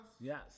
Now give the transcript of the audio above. Yes